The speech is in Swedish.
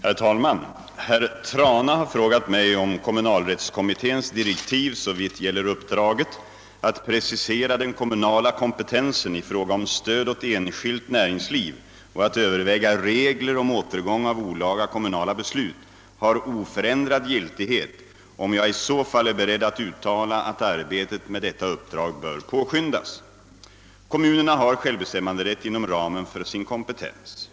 Herr talman! Herr Trana har frågat mig, om kommunalrättskommitténs direktiv såvitt gäller uppdraget att precisera den kommunala kompetensen i fråga om stöd åt enskilt näringsliv och att överväga regler om återgång av olaga kommunala beslut har oförändrad giltighet och om jag i så fall är beredd att uttala att arbetet med detta uppdrag bör påskyndas. Kommunerna har självbestämmanderätt inom ramen för sin kompetens.